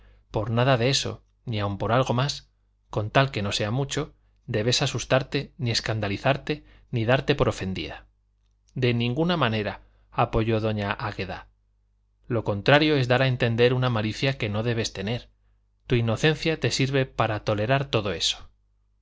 por nada de eso ni aun por algo más con tal que no sea mucho debes asustarte ni escandalizarte ni darte por ofendida de ninguna manera apoyó doña águeda lo contrario es dar a entender una malicia que no debes tener tu inocencia te sirve para tolerar todo eso